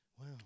wow